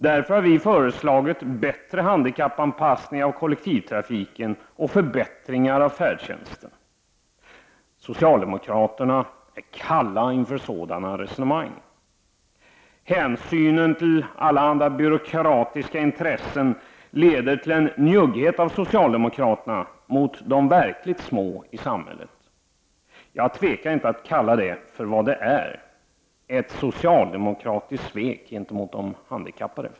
Därför har vi föreslagit bättre handikappanpassning av kollektivtrafiken och förbättringar av färdtjänsten. Socialdemokraterna är kalla inför sådana resonemang. Hänsynen till allehanda byråkratiska intressen leder till en njugghet av socialdemokraterna mot de verkligt små i samhället. Jag tvekar inte att kalla det för vad det är: ett socialdemokratiskt svek gentemot de handikappade.